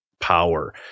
power